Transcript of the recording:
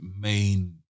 main